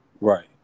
Right